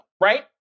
right